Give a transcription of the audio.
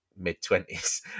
mid-twenties